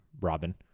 Robin